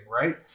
right